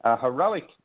Heroic